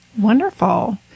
Wonderful